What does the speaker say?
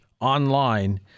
online